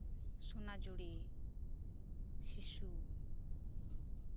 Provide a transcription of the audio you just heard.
ᱥᱚᱱᱟᱡᱷᱩᱲᱤ ᱥᱤᱥᱩ